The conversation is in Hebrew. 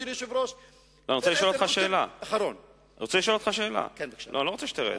אני רוצה לשאול אותך שאלה, אני לא רוצה שתרד.